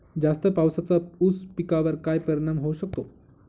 जास्त पावसाचा ऊस पिकावर काय परिणाम होऊ शकतो?